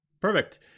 perfect